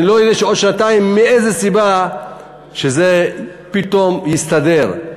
אני לא יודע בעוד שנתיים מאיזה סיבה זה פתאום יסתדר.